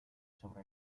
sobre